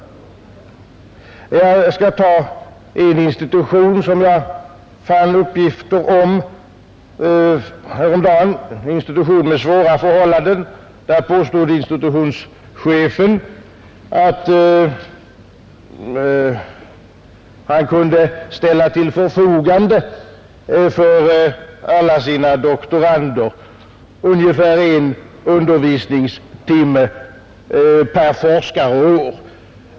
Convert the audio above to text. Jag skall ta som exempel en institution som jag fann uppgifter om häromdagen, en institution med svåra förhållanden. Institutionschefen påstod att han för alla sina doktorander kunde ställa till förfogande ungefär en undervisningstimme per forskare och år.